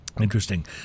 interesting